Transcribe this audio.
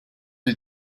die